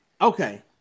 Okay